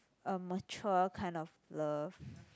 a mature kind of love